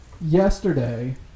yesterday